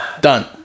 Done